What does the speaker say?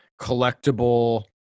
collectible